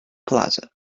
plaza